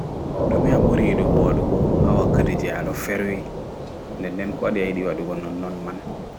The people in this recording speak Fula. Ɗume aɓuri yiɗugo waɗugo ha wakkati jei aɗo ferwi nɗen nɗen kowaɗi ayiɗi waɗugo nonno man